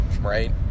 right